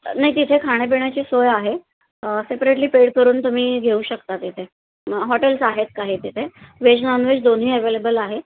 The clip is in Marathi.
नाइ तिथे खाण्यापिण्याची सोय आहे सेपरेटली पेड करून तुम्ही घेऊ शकता तिथे हॉटेल्स आहेत काही तिथे व्हेज नॉनव्हेज दोन्ही अवेलेबल आहे